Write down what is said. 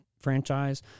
franchise